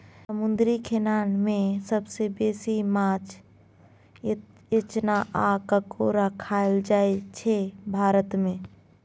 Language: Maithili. समुद्री खेनाए मे सबसँ बेसी माछ, इचना आ काँकोर खाएल जाइ छै भारत मे